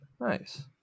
Nice